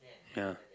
ya